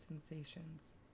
sensations